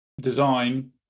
design